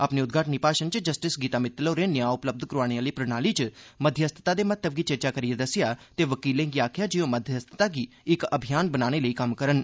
अपने उद्घाटनी भाषण च जस्टिस गीता भित्तल होरें न्याऽ उपलब्ध करोआने आह्ली प्रणाली च मध्यस्थता दे महत्व गी चेचा करियै दस्सेआ ते वकीलें गी आखेआ जे ओह् मध्यस्थस्था गी इक अभियान बनाने लेई कम्म करन